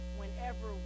whenever